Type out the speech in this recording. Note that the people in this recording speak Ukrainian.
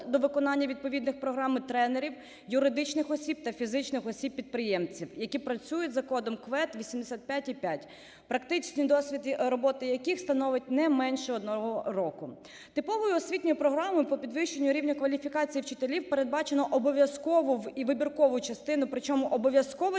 до виконання відповідних програм і тренерів, юридичних осіб та фізичних осіб-підприємців, які працюють за кодом КВЕД 85.5, практичний досвід роботи яких становить не менше 1 року. Типовою освітньою програмою по підвищенню рівня кваліфікації вчителів передбачено обов'язкову і вибіркову частину, причому обов'язкова